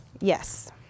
yes